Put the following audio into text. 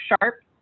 Sharp